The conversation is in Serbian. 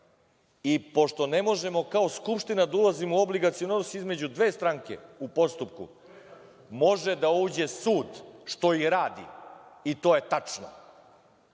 i pošto ne možemo kao Skupština da ulazio u obligacioni odnos između dve stranke u postupku, može da uđe sud, što i radi, i to je tačno.